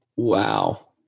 Wow